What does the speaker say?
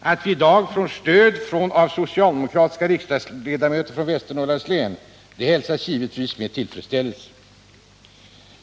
Att vi i dag får stöd av socialdemokratiska riksdagsledamöter från Västernorrlands län hälsas givetvis med tillfredsställelse.